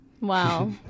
Wow